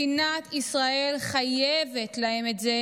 מדינת ישראל חייבת להם את זה.